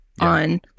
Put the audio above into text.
on